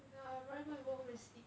my god probably going to go home and sleep